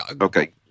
Okay